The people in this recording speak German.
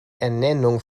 ernennung